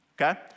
okay